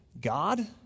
God